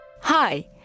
Hi